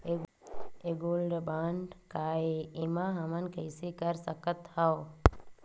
ये gold bond काय ए एमा हमन कइसे कर सकत हव?